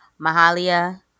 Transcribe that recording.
Mahalia